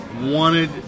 wanted